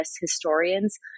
historians